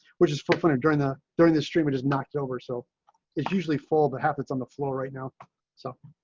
which is for fun, and during the, during the streaming just knocked over. so it's usually fall but half. it's on the floor right now so